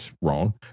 wrong